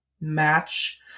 Match